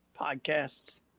Podcasts